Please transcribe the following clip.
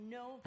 no